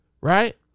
Right